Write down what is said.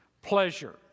Pleasure